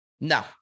No